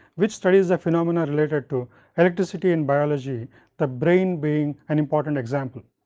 which studies the phenomena related to electricity in biology the brain being an important example.